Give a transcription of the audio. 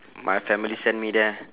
my family send me there